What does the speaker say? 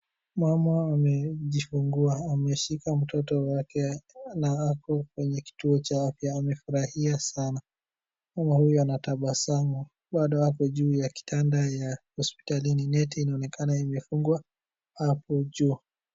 Mama amejifungua. Ameshika mtoto wake na ako kwenye kituo cha afya, amefurahia sana. Mama huyu anatabasamu. Bado ako juu ya kitanda ya hospitalini. Neti inaonekana imefungwa hapo juu.